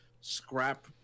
scrap